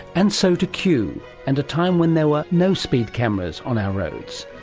and so to kew and a time when there were no speed cameras on our roads,